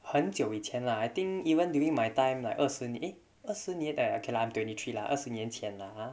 很久以前 lah I think even during my time like 二十年 eh 二十年 !aiya! okay lah I'm twenty three lah 二十年前 lah ah